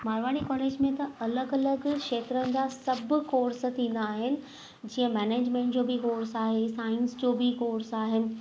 Marwari college में त अलॻि अलॻि खेत्रनि जा सभु कोर्स थींदा आहिनि जीअं मेनेजमेंट जो बि कोर्स आहिनि साइंस जो बि कोर्स आहिनि